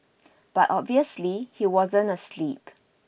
but obviously he wasn't asleep